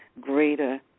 greater